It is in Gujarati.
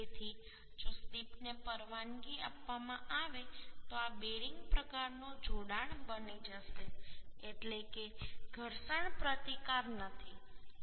તેથી જો સ્લિપને પરવાનગી આપવામાં આવે તો આ બેરિંગ પ્રકારનું જોડાણ બની જશે એટલે કે ઘર્ષણ પ્રતિકાર નથી